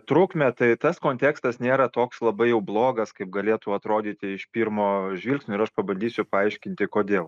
trukmę tai tas kontekstas nėra toks labai jau blogas kaip galėtų atrodyti iš pirmo žvilgsnio ir aš pabandysiu paaiškinti kodėl